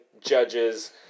judges